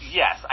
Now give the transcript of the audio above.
yes